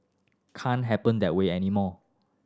can't happen that way anymore